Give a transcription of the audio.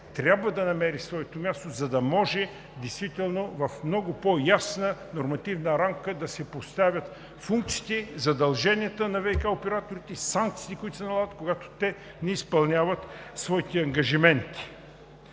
трябва да намери своето място, за да може действително в много по-ясна нормативна рамка да се поставят функциите, задълженията на ВиК операторите, санкциите, които се налагат, когато те не изпълняват своите ангажименти.